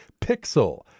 Pixel